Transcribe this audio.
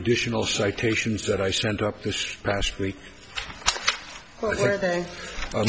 additional citations that i stand up this past week